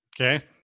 Okay